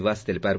నివాస్ తెలిపారు